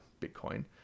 Bitcoin